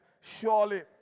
Surely